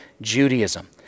Judaism